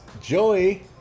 Joey